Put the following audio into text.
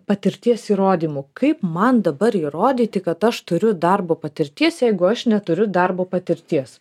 patirties įrodymu kaip man dabar įrodyti kad aš turiu darbo patirties jeigu aš neturiu darbo patirties